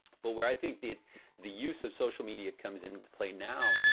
but where i think the the use of social media comes into play now,